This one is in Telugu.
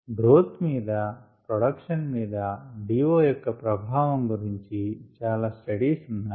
గ్రోత్ మీద ప్రొడక్షన్ మీద DO యొక్క ప్రభావం గురుంచి చాలా స్టడీస్ ఉన్నాయి